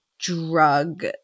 drug